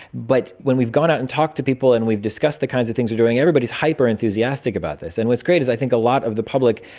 but when we've gone out and talked to people and we've discussed the kinds of things we are doing, everyone is hyper-enthusiastic about this. and what's great is i think a lot of the public,